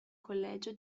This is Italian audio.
collegio